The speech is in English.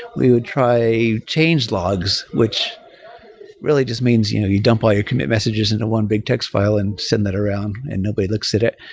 we would try change logs, which really just means you know you dump all your commit messages into one big text file and send that around and nobody looks at it.